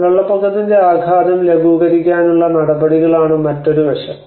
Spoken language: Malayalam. വെള്ളപ്പൊക്കത്തിന്റെ ആഘാതം ലഘൂകരിക്കാനുള്ള നടപടികളാണ് മറ്റൊരു വശം